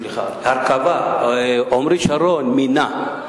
סליחה, עמרי שרון מינה.